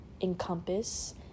encompass